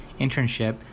internship